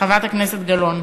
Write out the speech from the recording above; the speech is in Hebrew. חברת הכנסת גלאון.